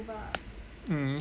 mm 应该还有